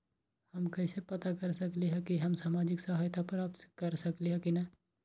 हम कैसे पता कर सकली ह की हम सामाजिक सहायता प्राप्त कर सकली ह की न?